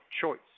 choice